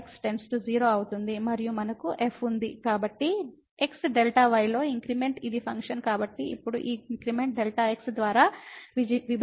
కాబట్టి x Δy లో increment ఇది ఫంక్షన్ కాబట్టి ఇప్పుడు ఈ ఇంక్రిమెంట్ Δx ద్వారా విభజించబడింది